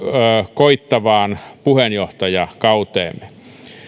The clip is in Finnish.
koittavaan puheenjohtajakauteen